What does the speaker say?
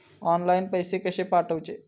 Online पैसे कशे पाठवचे?